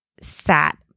sat